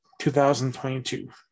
2022